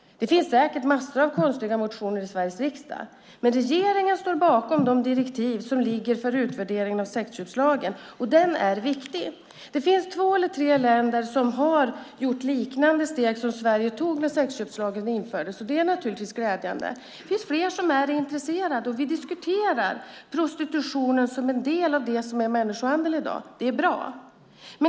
Det finns säkert en massa konstiga motioner i Sveriges riksdag, men regeringen står bakom de direktiv som ligger för utvärderingen av sexköpslagen. Den är viktig. Det finns två eller tre länder som har tagit liknande steg som de Sverige tog när sexköpslagen infördes. Det är naturligtvis glädjande. Det finns fler som är intresserade. Vi diskuterar prostitutionen som en del av det som är människohandel i dag. Det är bra.